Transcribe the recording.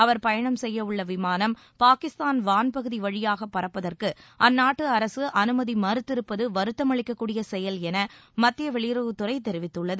அவர் பயணம் செய்ய உள்ள விமானம் பாகிஸ்தான் வான்பகுதி வழியாக பறப்பதற்கு அந்நாட்டு அரசு அனுமதி மறுத்திருப்பது வருத்தமளிக்கக் கூடிய செயல் என மத்திய வெளியுறவுத்துறை தெரிவித்துள்ளது